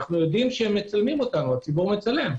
הציבור מצלם.